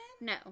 No